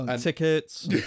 tickets